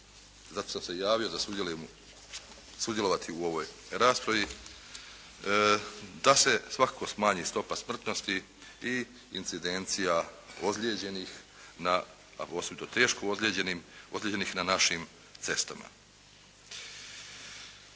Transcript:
javio da sudjelujem, sudjelovati u ovoj raspravi, da se svakako smanji stopa smrtnosti i incidencija ozlijeđenih, na, a